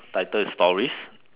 title is stories